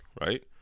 right